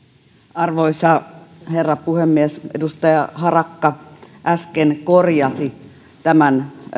arvoisa herra puhemies edustaja harakka äsken korjasi tämän